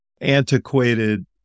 antiquated